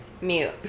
Mute